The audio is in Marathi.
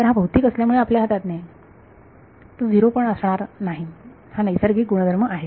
तर हा भौतिक असल्यामुळे आपल्या हातात नाही तो 0 असणार नाही हा नैसर्गिक गुणधर्म आहे